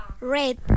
Red